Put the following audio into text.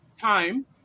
time